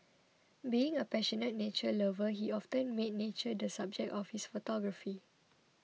being a passionate nature lover he often made nature the subject of his photography